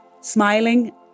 smiling